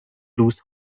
blues